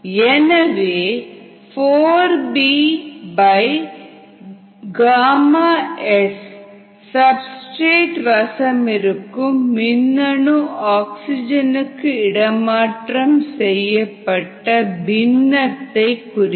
எனவே 4b Γs substrate வசமிருக்கும் மின்னணு ஆக்ஸிஜனுக்கு இடமாற்றம் செய்யப்பட்ட பின்னத்தை குறிக்கும்